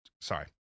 Sorry